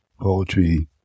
poetry